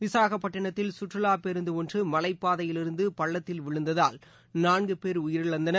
விசாகப்பட்டினத்தில் சுற்றுலாபேருந்துஒன்றுமவைப் பாதையிலிருந்துபள்ளத்தில் விழழந்ததால் நான்குபேர் உயிரிழந்தனர்